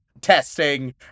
testing